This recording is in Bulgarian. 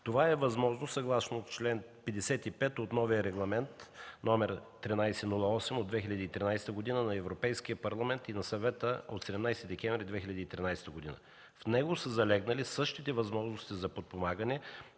Това е възможно съгласно чл. 55 от новия Регламент № 1308 от 2013 г. на Европейския парламент и на Съвета от 17 декември 2013 г. В него са залегнали същите възможности за подпомагане,